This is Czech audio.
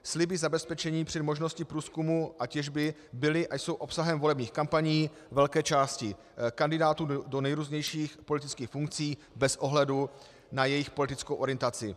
Sliby zabezpečení při možnosti průzkumu a těžby byly a jsou obsahem volebních kampaní velké části kandidátů do nejrůznějších politických funkcí bez ohledu na jejich politickou orientaci.